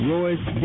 Royce